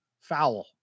Foul